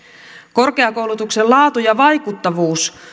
korkeakoulutuksen laatu ja vaikuttavuus